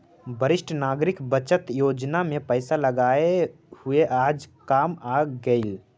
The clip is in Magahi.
वरिष्ठ नागरिक बचत योजना में पैसे लगाए हुए आज काम आ गेलइ